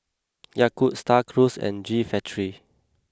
Yakult Star Cruise and G Factory